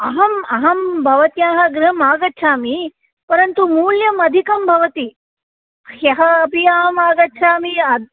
अहम् अहं भवत्याः गृहमागच्छामि परन्तु मूल्यम् अधिकं भवति ह्यः अपि अहम् आगच्छामि अद्